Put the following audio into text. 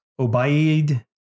Obaid